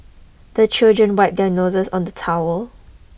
the children wipe their noses on the towel